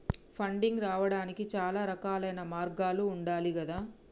funding రావడానికి చాలా రకాలైన మార్గాలు ఉండాలి గదా